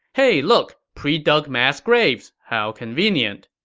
hey look, pre-dug mass graves. how convenient.